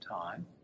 Time